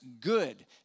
good